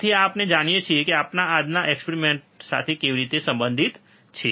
તેથી આ આપણે જાણીએ છીએ તે આપણા આજના એક્સપેરિમેંટ સાથે કેવી રીતે સંબંધિત છે